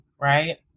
right